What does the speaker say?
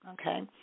okay